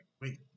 wait